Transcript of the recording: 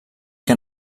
que